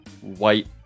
white